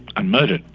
and murder